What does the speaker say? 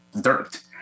dirt